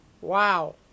Wow